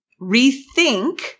rethink